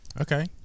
Okay